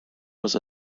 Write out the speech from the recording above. was